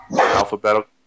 alphabetical